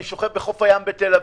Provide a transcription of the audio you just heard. אני שוכב בחוף הים בתל אביב.